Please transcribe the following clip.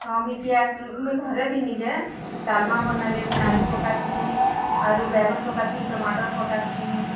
ହଁ ମୁଇଁ ଘରେ ବି ନିଜେ ଡ଼ାଲ୍ମା ବନାଲେ ମୁଇଁ ଆଲୁ ପକାସିଁ ଆରୁ ବାଇଗନ୍ ପକାସି ଟମାଟର୍ ପକାସିଁ